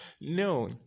no